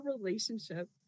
relationship